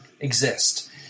exist